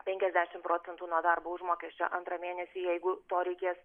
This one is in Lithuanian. penkiasdešim procentų nuo darbo užmokesčio antrą mėnesį jeigu to reikės